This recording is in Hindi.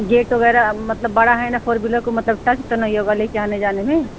गेट वग़ैरह मतलब बड़ी है ना फ़ोर वीलर को मतलब टच तो नहीं होगा ले के आने जाने में